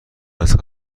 است